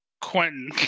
Quentin